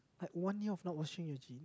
one year of not washing your jeans